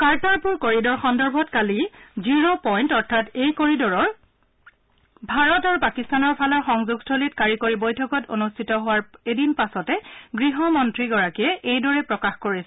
Kartarpur corridor সন্দৰ্ভত কালি zero point অৰ্থাৎ এই কৰিডৰৰ ভাৰত আৰু পাকিস্তানৰ ফালৰ সংযোগস্থলীত কাৰিকৰী বৈঠক অনুষ্ঠিত হোৱাৰ এদিন পাছতে গৃহমন্ত্ৰীয়ে এইদৰে প্ৰকাশ কৰিছে